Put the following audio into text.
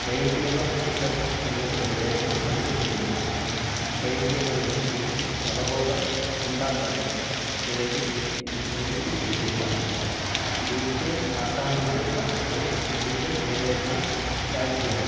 brain tumour research എന്നത് ഗവേഷണം fund ചെയ്യാനും ബ്രെയിൻ ട്യൂമറിനെ കുറിച്ച് അവബോധം ഉണ്ടാക്കാനും വേണ്ടി പ്രതിഷ്ഠിച്ചിട്ടുള്ള യൂ ക്കെ ആസ്ഥാനമായുള്ള ഒരു മെഡിക്കൽ ഗവേഷണ ചാരിറ്റിയാണ്